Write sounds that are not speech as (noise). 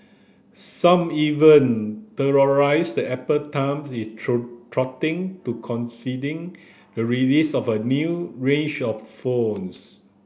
some even theorised that Apple times its (unintelligible) throttling to coincide the release of a new range of phones